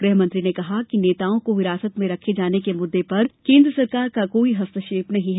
गृहमंत्री ने कहा कि नेताओं को हिरासत में रखे जाने के मुद्दे पर केंद्र सरकार का कोई हस्तक्षेप नहीं है